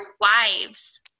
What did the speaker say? wives